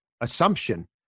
assumption